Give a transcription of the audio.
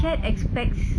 cat expects